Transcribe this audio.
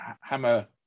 hammer